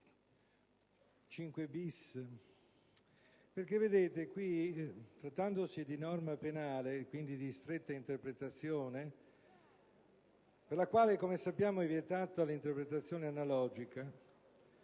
5-*bis*.2. Vedete, trattandosi di norma penale, e quindi di stretta interpretazione, per la quale - come sappiamo - è vietata l'interpretazione analogica,